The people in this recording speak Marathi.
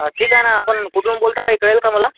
अं ठीक आहे नं आपण कुठून बोलता काही कळेल का मला